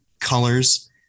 colors